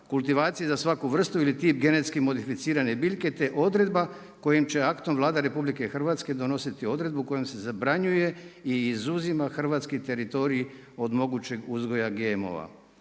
kultivacije za svaku vrstu ili tip genetski modificirane biljke, te odredba kojim će aktom Vlada RH donositi odredbu kojom se zabranjuje i izuzima hrvatski teritorij od mogućeg uzgoja GMO-a.